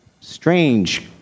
strange